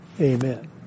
Amen